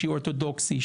שהיא אורתודוקסית,